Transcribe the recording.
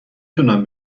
تونن